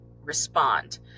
respond